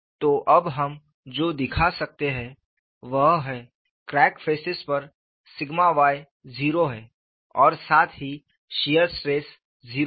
तो अब हम जो दिखा सकते हैं वह है क्रैक फेसेस पर सिग्मा y 0 है और साथ ही शियर स्ट्रेस 0 है